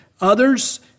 others